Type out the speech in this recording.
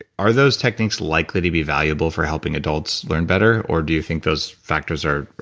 are those techniques likely to be valuable for helping adults learn better or do you think those factors are.